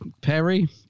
Perry